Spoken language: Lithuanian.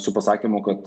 su pasakymu kad